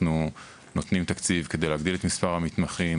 אנחנו נותנים תקציב כדי להגדיל את מספר המתמחים.